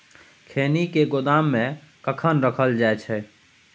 खैनी के गोदाम में कखन रखल जाय?